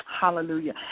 Hallelujah